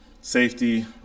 safety